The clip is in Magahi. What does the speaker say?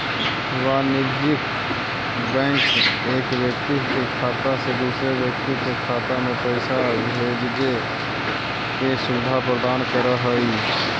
वाणिज्यिक बैंक एक व्यक्ति के खाता से दूसर व्यक्ति के खाता में पैइसा भेजजे के सुविधा प्रदान करऽ हइ